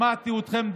שמעתי אתכם,